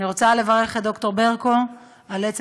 אני רוצה לברך את ד"ר ברקו על עצם